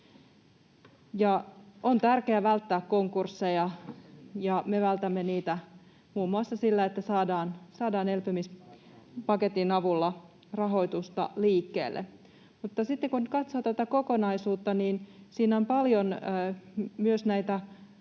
On tärkeää välttää konkursseja, ja me vältämme niitä muun muassa sillä, että saadaan elpymispaketin avulla rahoitusta liikkeelle. Kun katsoo tätä kokonaisuutta, niin siinä on paljon myös näitä